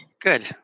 Good